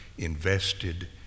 invested